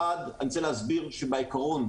אחד, אני רוצה להסביר שבעיקרון,